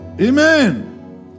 Amen